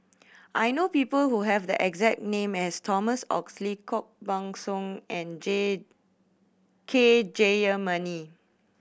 I know people who have the exact name as Thomas Oxley Koh Buck Song and J K Jayamani